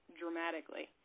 dramatically